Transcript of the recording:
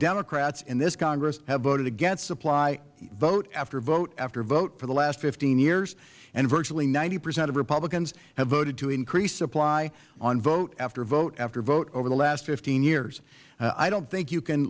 democrats in this congress have voted against supply vote after vote after vote for the last fifteen years and virtually ninety percent of republicans have voted to increase supply on vote after vote after vote over the last fifteen years i don't think you can